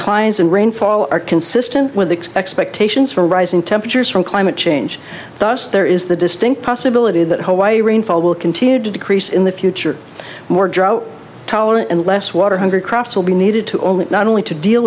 declines and rainfall are consistent with the expectations for rising temperatures from climate change thus there is the distinct possibility that hawaii rainfall will continue to decrease in the future more drought tolerant and less water hundred crops will be needed to only not only to deal